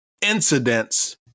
incidents